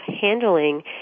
handling